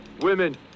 women